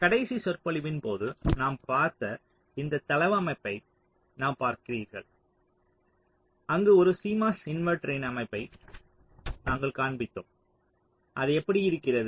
கடைசி சொற்பொழிவின் போது நாம் பார்த்த இந்த தளவமைப்பை பார்க்கிறீர்கள் அங்கு ஒரு CMOS இன்வெர்ட்டரின் அமைப்பை நாங்கள் காண்பித்தோம் அது எப்படி இருக்கிறது